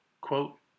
quote